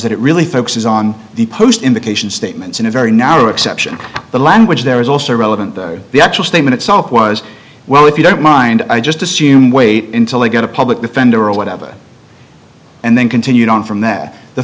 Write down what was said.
that it really focuses on the post indications statements in a very narrow exception the language there is also relevant to the actual statement itself was well if you don't mind i just assume wait until they get a public defender of whatever and then continued on from that the